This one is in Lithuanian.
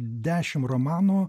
dešimt romanų